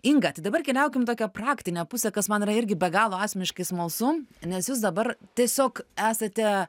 inga tai dabar keliaukim į tokią praktinę pusę kas man yra irgi be galo asmeniškai smalsu nes jūs dabar tiesiog esate